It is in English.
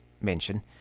mention